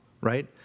right